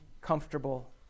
comfortable